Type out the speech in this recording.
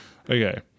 Okay